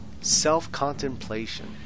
Self-contemplation